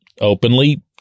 openly